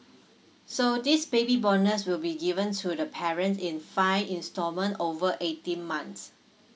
so this baby bonus will be given to the parent in five installment over eighteen months